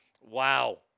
Wow